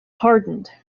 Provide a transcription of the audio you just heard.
hardened